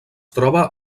troba